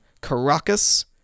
Caracas